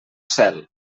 cel